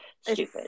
stupid